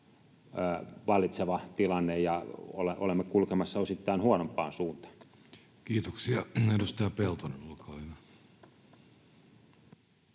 vallitseva tilanne, ja olemme kulkemassa osittain huonompaan suuntaan. Kiitoksia. — Edustaja Peltonen, olkaa hyvä.